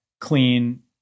clean